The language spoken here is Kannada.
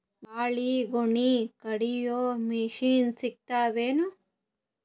ಬಾಳಿಗೊನಿ ಕಡಿಯು ಮಷಿನ್ ಸಿಗತವೇನು?